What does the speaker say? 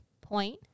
point